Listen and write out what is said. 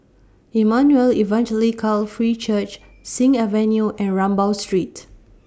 Emmanuel Evangelical Free Church Sing Avenue and Rambau Street